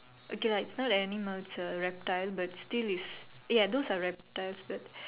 okay lah it's not a animal it's a reptile but still it's ya those are reptiles but